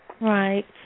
Right